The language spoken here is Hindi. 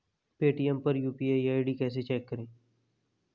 पेटीएम पर यू.पी.आई आई.डी कैसे चेक करें?